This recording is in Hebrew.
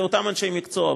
אלו אותם אנשי מקצוע,